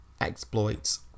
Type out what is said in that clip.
exploits